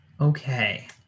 Okay